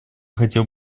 хотел